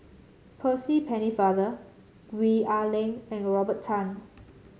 Percy Pennefather Gwee Ah Leng and Robert Tan